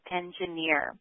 engineer